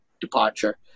departure